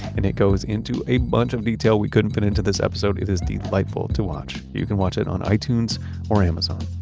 and it goes into a bunch of detail we couldn't fit into this episode. it is delightful to watch. you can watch it on itunes or amazon.